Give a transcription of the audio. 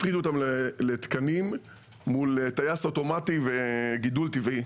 הפרידו אותם לתקנים מול טייס אוטומטי וגידול טבעי,